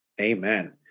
amen